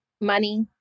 money